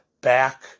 back